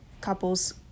couples